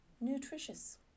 nutritious